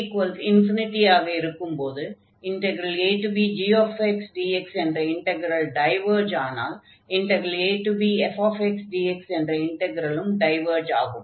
k∞ ஆக இருக்கும்போது abgxdx என்ற இன்டக்ரல் டைவர்ஜ் ஆனால் abfxdx என்ற இன்டக்ரலும் டைவர்ஜ் ஆகும்